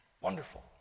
wonderful